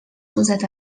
posat